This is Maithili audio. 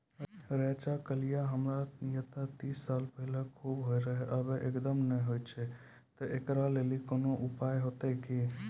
रेचा, कलाय हमरा येते तीस साल पहले खूब होय रहें, अब एकदम नैय होय छैय तऽ एकरऽ कोनो उपाय हेते कि?